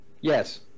Yes